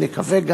נקווה,